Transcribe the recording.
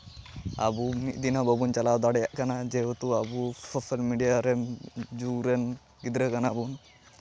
ᱟᱵᱚ ᱢᱤᱫ ᱫᱤᱱ ᱦᱚᱸ ᱵᱟᱵᱚᱱ ᱪᱟᱞᱟᱣ ᱫᱟᱲᱮᱭᱟᱜ ᱠᱟᱱᱟ ᱡᱮᱦᱮᱛᱩ ᱟᱵᱚ ᱥᱳᱥᱟᱞ ᱢᱤᱰᱤᱭᱟ ᱨᱮᱱ ᱡᱩᱜᱽ ᱨᱮᱱ ᱜᱤᱫᱽᱨᱟᱹ ᱠᱟᱱᱟ ᱵᱚᱱ